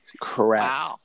correct